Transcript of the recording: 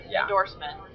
endorsement